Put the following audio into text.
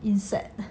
insect